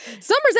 Summer's